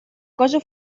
cosa